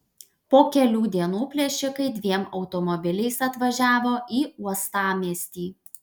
po kelių dienų plėšikai dviem automobiliais atvažiavo į uostamiestį